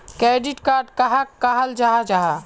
Credit card कहाक कहाल जाहा जाहा?